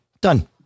Done